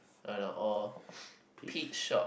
uh no or pit shop